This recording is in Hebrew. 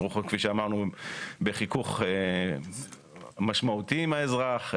הן כרוכות, כפי שאמרנו, בחיכוך משמעותי עם האזרח.